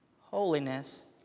Holiness